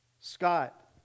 Scott